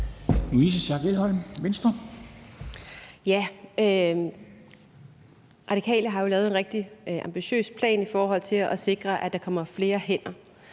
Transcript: (V): Radikale har jo lavet en rigtig ambitiøs plan i forhold til at sikre, at der kommer flere hænder.